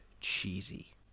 cheesy